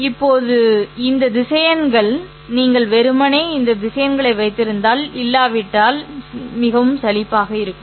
இப்போது இந்த திசையன்கள் நீங்கள் வெறுமனே இந்த திசையன்களை வைத்திருந்தால் இல்லாவிட்டால் மிகவும் சலிப்பாக இருக்கும்